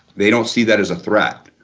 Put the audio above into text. they don't see that as a threat.